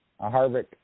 Harvick